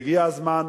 והגיע הזמן